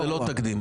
לא, זה לא תקדים.